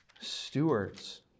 stewards